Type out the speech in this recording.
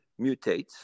mutates